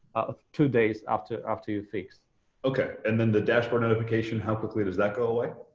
two days up to up to six. okay, and then the dashboard notification, how quickly does that go away?